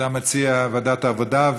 אתה מציע ועדת העבודה,